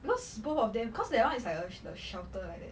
because both of them cause that one is like a a shelter like that